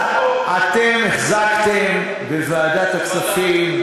אוה, אמרתי לכם, ואתה, אתם החזקתם בוועדת הכספים,